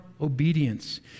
obedience